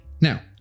Now